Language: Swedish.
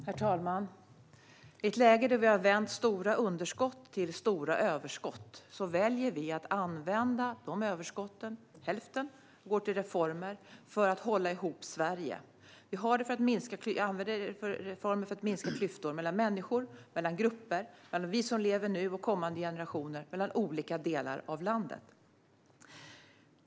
Herr talman! I ett läge då vi har vänt stora underskott till stora överskott väljer vi att använda dessa överskott. Hälften går till reformer för att hålla ihop Sverige. Vi använder reformerna för att minska klyftor mellan människor, mellan grupper, mellan oss som lever nu och kommande generationer samt mellan olika delar av landet.